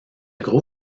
gros